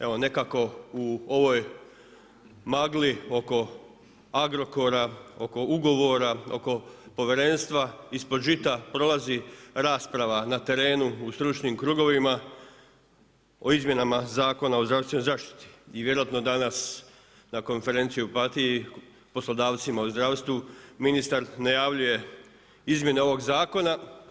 Evo nekako u ovoj magli oko Agrokora, oko ugovora, oko povjerenstva, ispod žita prolazi rasprava na terenu u stručnim krugovima o izmjenama Zakona o zdravstvenoj zaštiti i vjerojatno danas na konferenciji u Opatiji poslodavcima u zdravstvu, ministar najavljuje izmjene ovog zakona.